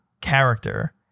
character